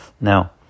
Now